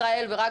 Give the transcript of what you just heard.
אדוני,